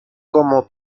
como